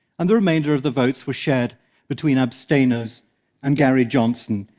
and the remainder of the vote were shared between abstainers and gary johnson,